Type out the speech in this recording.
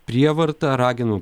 prievarta raginu